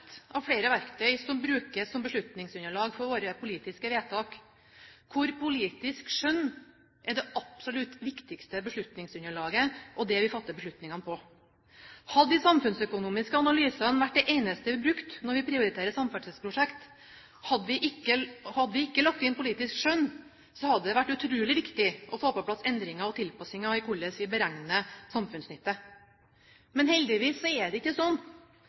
av flere verktøy som brukes som beslutningsunderlag for våre politiske vedtak, hvor politisk skjønn er det absolutt viktigste beslutningsunderlaget og det vi fatter beslutningene på. Hadde de samfunnsøkonomiske analysene vært det eneste vi brukte når vi prioriterer samferdselsprosjekter, og hadde vi ikke lagt inn politisk skjønn, hadde det vært utrolig viktig å få på plass endringer og tilpasninger i hvordan vi beregner samfunnsnytte. Men heldigvis er det ikke